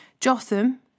Jotham